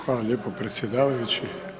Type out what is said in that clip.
Hvala lijepo predsjedavajući.